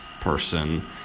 person